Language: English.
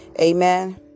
Amen